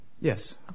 Yes